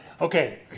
Okay